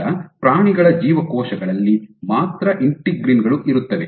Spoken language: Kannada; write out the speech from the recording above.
ಈಗ ಪ್ರಾಣಿಗಳ ಜೀವಕೋಶಗಳಲ್ಲಿ ಮಾತ್ರ ಇಂಟಿಗ್ರಿನ್ ಗಳು ಇರುತ್ತವೆ